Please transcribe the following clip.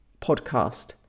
podcast